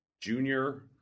junior